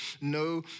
no